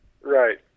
Right